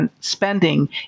spending